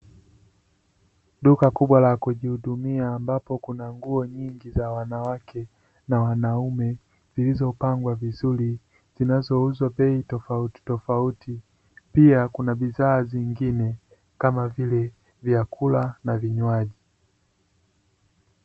Duka kubwa la kujihudumia ambapo kuna nguo nyingi za wanawake na wanaume zilizopangwa vizuri, zinazouzwa kwa bei tofauti tofauti pia kuna bidhaa zingine kama vile vyakula na vinywaji.